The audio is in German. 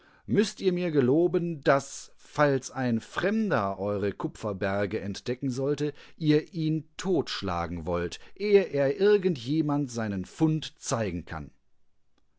müßt ihr mir geloben daß falls ein fremder eure kupferberge entdecken sollte ihr ihn totschlagen wollt ehe er irgend jemand seinen fund zeigen kann